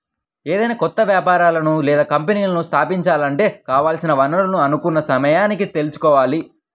ఏదైనా కొత్త వ్యాపారాలను లేదా కంపెనీలను స్థాపించాలంటే కావాల్సిన వనరులను అనుకున్న సమయానికి తెచ్చుకోవాలి